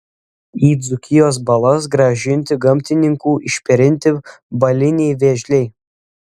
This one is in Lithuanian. į dzūkijos balas grąžinti gamtininkų išperinti baliniai vėžliai